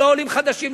לא עולים חדשים,